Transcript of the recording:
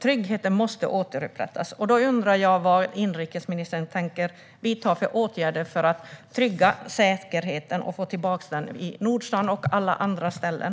Tryggheten måste återupprättas. Jag undrar vad inrikesministern tänker vidta för åtgärder för att få tillbaka och trygga säkerheten i Nordstan och på alla andra ställen.